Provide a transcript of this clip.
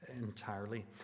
entirely